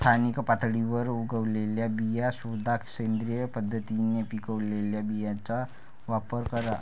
स्थानिक पातळीवर उगवलेल्या बिया शोधा, सेंद्रिय पद्धतीने पिकवलेल्या बियांचा वापर करा